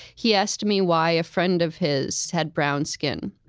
he asked me why a friend of his had brown skin.